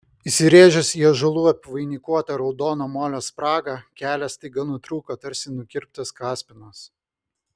įsirėžęs į ąžuolų apvainikuotą raudono molio spragą kelias staiga nutrūko tarsi nukirptas kaspinas